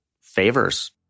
favors